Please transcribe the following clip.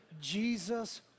Jesus